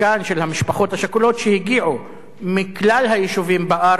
של המשפחות השכולות שהגיעו מכלל היישובים בארץ